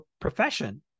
profession